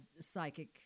psychic